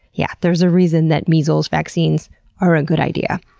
yeah, there's a reason that measles vaccines are a good idea.